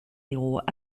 héros